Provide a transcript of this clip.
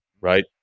right